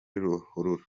ruhurura